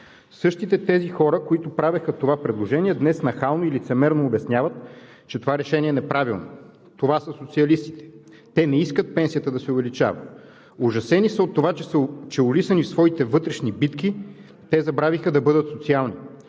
Същите тези хора, които правеха това предложение, днес нахално и лицемерно обясняват, че това решение е неправилно. Това са социалистите – те не искат пенсията да се увеличава. Ужасени са от това, че улисани в своите вътрешни битки те забравиха да бъдат социални.